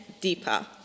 deeper